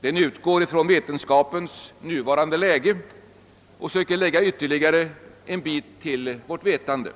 den utgår från vetenskapens nuvarande läge och försöker lägga ytterligare en bit till vårt vetande.